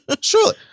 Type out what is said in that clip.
Sure